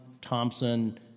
Thompson